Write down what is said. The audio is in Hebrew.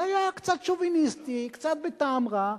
זה היה קצת שוביניסטי, קצת בטעם רע.